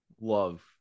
love